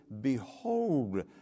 behold